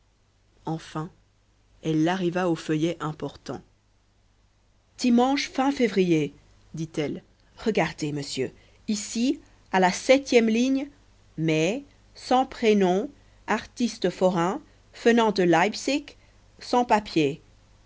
enfin elle arriva au feuillet important dimanche février dit-elle regardez monsieur ici à la septième ligne mai sans prénom artiste forain venant de leipzig sans papiers